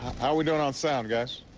how are we doin' on sound, guys?